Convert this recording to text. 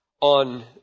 on